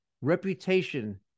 reputation